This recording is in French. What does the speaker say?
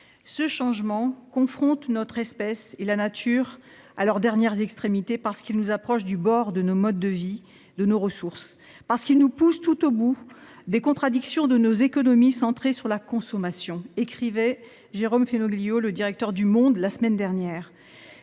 ce changement confronte notre espèce, et la nature, à leurs dernières extrémités ; parce qu'il nous approche du bord de nos modes de vie, de nos ressources ; parce qu'il nous pousse tout au bout des contradictions de nos économies centrées sur la consommation », écrivait la semaine dernière